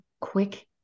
quick